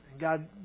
God